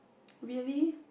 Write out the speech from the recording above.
really